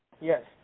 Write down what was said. Yes